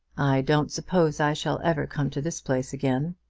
i don't suppose i shall ever come to this place again,